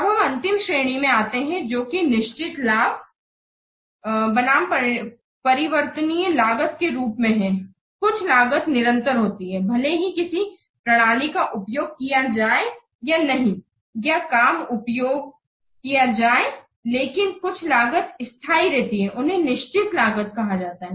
अब हम अंतिम श्रेणी में आते हैं जो कि निश्चित लागत बनाम परिवर्तनीय लागत के रूप हैं कुछ लागत निरंतर होती रहती है भले ही किसी प्रणाली का उपयोग किया जाये या नहीं या कम उपयोग किया जाये लेकिन कुछ लागत स्थाई रहती है उन्हें निश्चित लागत कहा जाता है